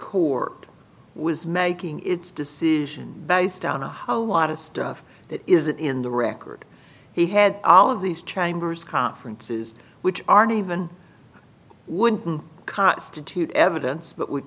court was making its decision based on a whole lot of stuff that isn't in the record he had all of these chime bers conference's which aren't even wouldn't constitute evidence but would